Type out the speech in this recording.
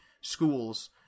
schools